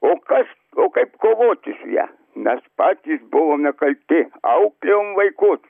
o kas o kaip kovoti su ja mes patys buvome kalti auklėjom vaikus